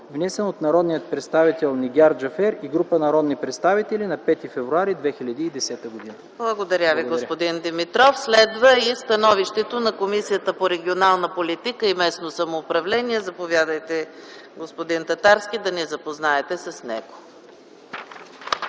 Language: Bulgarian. внесен от народния представител Нигяр Джафер и група народни представители на 5 февруари 2010 г.” ПРЕДСЕДАТЕЛ ЕКАТЕРИНА МИХАЙЛОВА: Благодаря Ви, господин Димитров. Следва становището на Комисията по регионална политика и местно самоуправление. Заповядайте, господин Татарски, да ни запознаете с него.